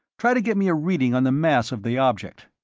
try to get me a reading on the mass of the object.